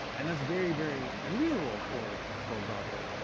and that's very, very unusual for for broadway.